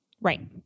Right